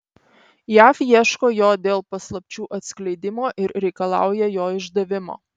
jav ieško jo dėl paslapčių atskleidimo ir reikalauja jo išdavimo